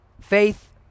Faith